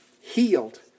Healed